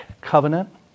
covenant